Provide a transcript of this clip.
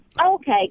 Okay